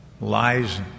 Lies